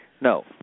No